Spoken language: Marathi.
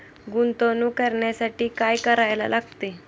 गुंतवणूक करण्यासाठी काय करायला लागते?